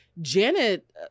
Janet